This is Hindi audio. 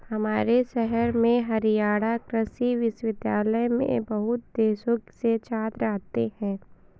हमारे शहर में हरियाणा कृषि विश्वविद्यालय में बहुत देशों से छात्र आते हैं